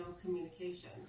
communication